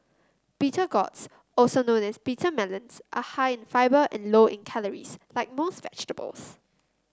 bitter gourds also known as bitter melons are high in fibre and low in calories like most vegetables